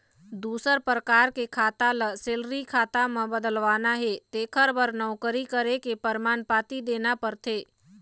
दूसर परकार के खाता ल सेलरी खाता म बदलवाना हे तेखर बर नउकरी करे के परमान पाती देना परथे